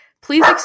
please